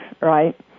right